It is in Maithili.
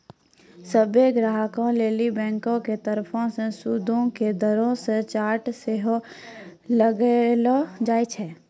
सभ्भे ग्राहको लेली बैंको के तरफो से सूदो के दरो के चार्ट सेहो लगैलो जाय छै